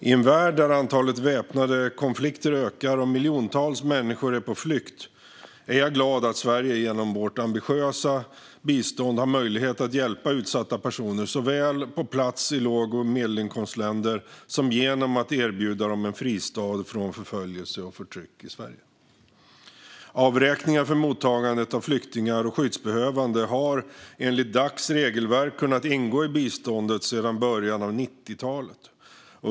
I en värld där antalet väpnade konflikter ökar och miljontals människor är på flykt är jag glad att Sverige genom vårt ambitiösa bistånd har möjlighet att hjälpa utsatta personer, såväl på plats i låg och medelinkomstländer som genom att erbjuda dem en fristad från förföljelse och förtryck i Sverige. Avräkningar för mottagandet av flyktingar och skyddsbehövande har enligt Dacs regelverk kunnat ingå i biståndet sedan början av 90-talet.